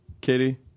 Katie